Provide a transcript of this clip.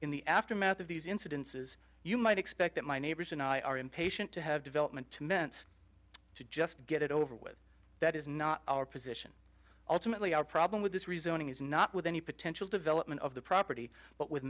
in the aftermath of these incidences you might expect that my neighbors and i are impatient to have development to mince to just get it over with that is not our position ultimately our problem with this rezoning is not with any potential development of the property but with